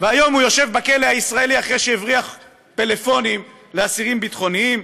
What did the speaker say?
והיום הוא יושב בכלא הישראלי אחרי שהבריח פלאפונים לאסירים ביטחוניים.